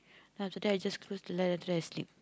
then after that I just close the light after I sleep